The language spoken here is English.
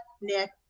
nick